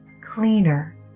cleaner